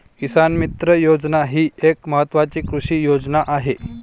किसान मित्र योजना ही एक महत्वाची कृषी योजना आहे